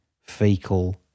fecal